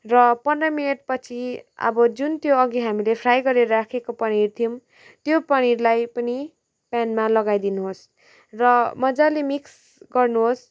र पन्ध्र मिनेटपछि अब जुन त्यो अघि हामीले फ्राई गरेर राखेको पनिर थियौँ त्यो पनिरलाई पनि प्यानमा लगाइदिनुहोस् र मजाले मिक्स गर्नुहोस्